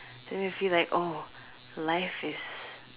then we'll feel like oh life is